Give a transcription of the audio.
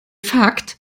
fakt